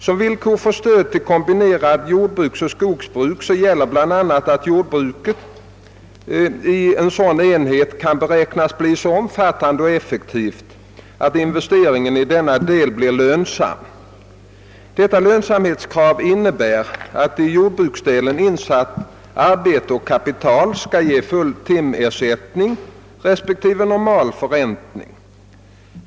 Som villkor för stöd till kombinerade jordoch skogsbruk gäller bl.a. att jordbruket i sådan enhet kan beräknas bli så omfattande och effektivt, att investeringen i denna del blir lönsam. Detta lönsamhetskrav innebär att i jordbruksdelen insatt arbete och kapital skall ge full timersättning respektive normal förräntning.